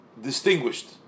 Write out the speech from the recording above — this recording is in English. distinguished